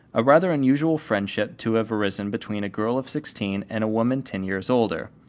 a rather unusual friendship to have arisen between a girl of sixteen and a woman ten years older.